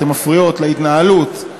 אתן מפריעות להתנהלות.